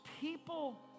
people